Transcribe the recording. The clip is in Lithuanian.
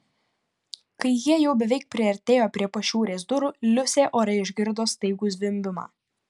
kai jie jau beveik priartėjo prie pašiūrės durų liusė ore išgirdo staigų zvimbimą